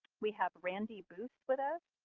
we have randy boose with us,